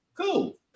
Cool